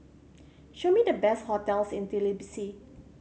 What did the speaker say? show me the best hotels in Tbilisi